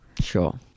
sure